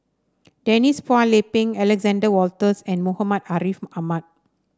Denise Phua Lay Peng Alexander Wolters and Muhammad Ariff Ahmad